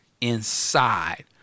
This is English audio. Inside